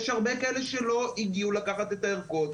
יש הרבה כאלה שלא הגיעו לקחת את הערכות.